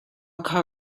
kha